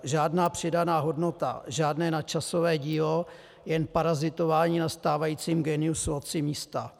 Žádná přidaná hodnota, žádné nadčasové dílo, jen parazitování na stávajícím geniu loci, místa.